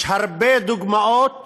יש הרבה דוגמאות